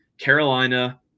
Carolina